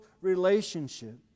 relationship